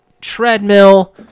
treadmill